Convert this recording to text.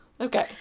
okay